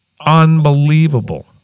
Unbelievable